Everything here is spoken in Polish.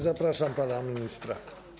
Zapraszam pana ministra.